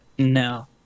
No